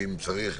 ואם צריך,